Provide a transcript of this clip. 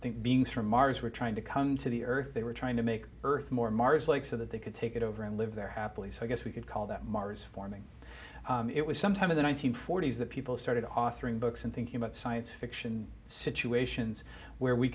beings from mars were trying to come to the earth they were trying to make earth more mars like so that they could take it over and live there happily so i guess we could call that mars forming it was sometime in the one nine hundred forty s that people started offering books and thinking about science fiction situations where we